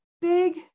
big